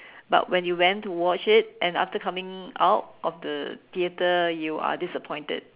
but when you went to watch it and after coming out of the theater you are disappointed